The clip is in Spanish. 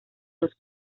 los